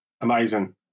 Amazing